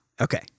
Okay